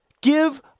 Give